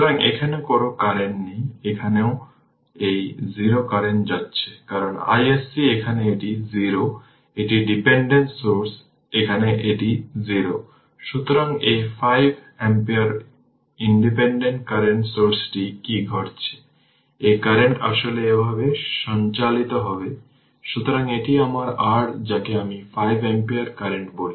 সুতরাং এটি একটি শর্ট সার্কিটের ক্ষেত্রে অকার্যকর হবে এটি শুধুমাত্র এই শর্ট সার্কিট পাথটি গ্রহণ করছে কারণ বিশেষ করে এটি একটি আইডেল ইন্ডাক্টর হিসাবে একটি শর্ট সার্কিটের মতো কাজ করে । সুতরাং এটি হল I0 i L0 2 ampere initial current